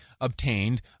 obtained